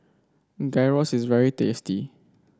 gyros is very tasty